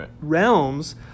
realms